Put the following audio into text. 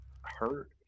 hurt